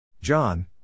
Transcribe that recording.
John